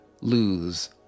lose